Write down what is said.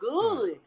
good